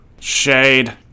shade